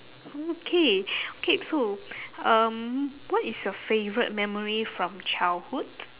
okay okay so um what is your favourite memory from childhood